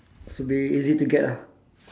should be easy to get lah